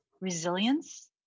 resilience